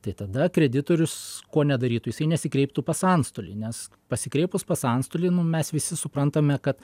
tai tada kreditorius ko nedarytų jisai nesikreiptų pas antstolį nes pasikreipus pas antstolį nu mes visi suprantame kad